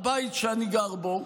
הבית שאני גר בו,